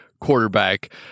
quarterback